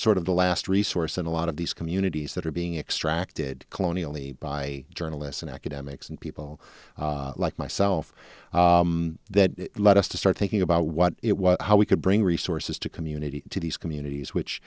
sort of the last resource in a lot of these communities that are being extracted colonial me by journalists and academics and people like myself that led us to start thinking about what it was how we could bring resources to communities to these communities which